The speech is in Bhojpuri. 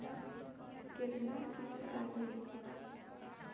केतना किस्त लागी?